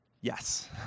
Yes